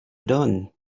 done